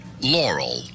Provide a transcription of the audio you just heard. Laurel